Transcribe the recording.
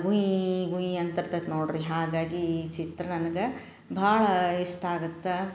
ಗುಂಯ್ ಗುಂಯ್ ಅಂತಿರ್ತದ್ ನೋಡಿರಿ ಹಾಗಾಗಿ ಈ ಚಿತ್ರ ನನ್ಗೆ ಭಾಳ ಇಷ್ಟ ಆಗುತ್ತೆ